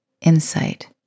insight